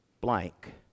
blank